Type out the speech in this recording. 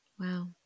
Wow